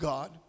God